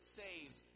saves